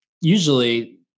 usually